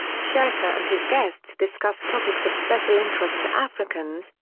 shaka and his guests discuss topics of special interest to africans,